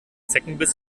zeckenbiss